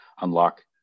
unlock